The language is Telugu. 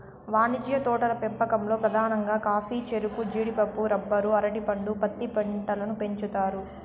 వాణిజ్య తోటల పెంపకంలో పధానంగా కాఫీ, చెరకు, జీడిపప్పు, రబ్బరు, అరటి పండు, పత్తి పంటలను పెంచుతారు